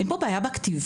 אין פה בעיה בכתיבה?